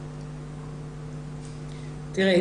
תראי,